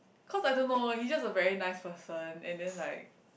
cause I don't know he just a very nice person and then like